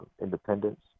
independence